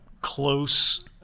close